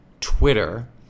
Twitter